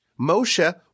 Moshe